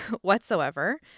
whatsoever